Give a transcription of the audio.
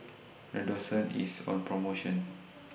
Redoxon IS on promotion